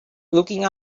looking